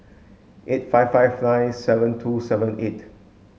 eight five five nine seven two seven eight